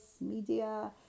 media